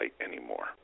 anymore